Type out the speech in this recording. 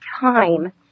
time